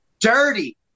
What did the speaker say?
dirty